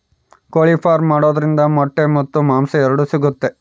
ಕೋಳಿ ಫಾರ್ಮ್ ಮಾಡೋದ್ರಿಂದ ಮೊಟ್ಟೆ ಮತ್ತು ಮಾಂಸ ಎರಡು ಸಿಗುತ್ತೆ